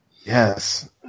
Yes